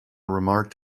remarked